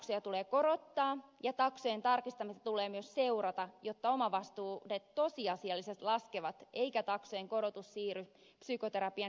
korvaustaksoja tulee korottaa ja taksojen tarkistamista tulee myös seurata jotta omavastuuosuudet tosiasiallisesti laskevat eikä taksojen korotus siirry psykoterapian hintojen korotuksiin